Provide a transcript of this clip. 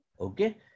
okay